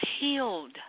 healed